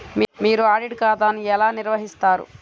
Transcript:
మీరు ఆడిట్ ఖాతాను ఎలా నిర్వహిస్తారు?